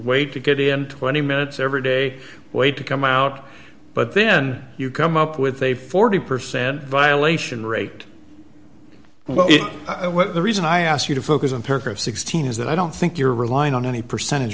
wait to get in twenty minutes every day wait to come out but then you come up with a forty percent violation rate well the reason i ask you to focus on perk of sixteen is that i don't think you're relying on any percentage